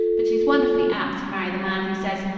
but she's wonderfully apt to marry the man who says,